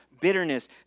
bitterness